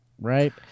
right